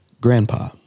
grandpa